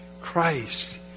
Christ